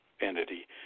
entity